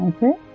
Okay